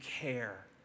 care